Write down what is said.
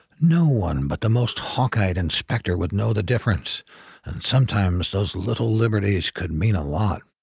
no one but the most hawk eyed inspector would know the difference. and sometimes, those little liberties could mean a lot.